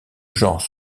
genre